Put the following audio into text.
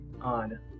on